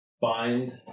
find